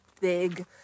big